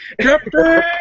Captain